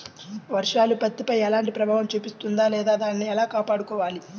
వర్షాలు పత్తి పంటపై ఎలాంటి ప్రభావం చూపిస్తుంద లేదా దానిని ఎలా కాపాడుకోవాలి?